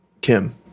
Kim